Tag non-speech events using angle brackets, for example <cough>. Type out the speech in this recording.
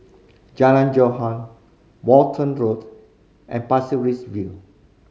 Jalan <unintelligible> Walton Road and Pasir Ris View